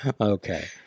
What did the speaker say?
Okay